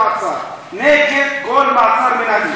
נגד כל מעצר מינהלי.